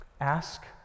Ask